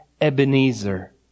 Ebenezer